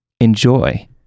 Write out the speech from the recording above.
enjoy